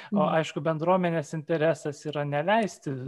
o aišku bendruomenės interesas yra neleisti